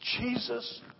Jesus